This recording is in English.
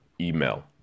email